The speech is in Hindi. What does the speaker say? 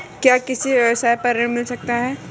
क्या किसी व्यवसाय पर ऋण मिल सकता है?